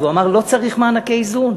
הוא אמר, לא צריך מענקי איזון.